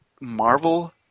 Marvel